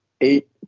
eight